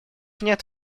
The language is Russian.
нет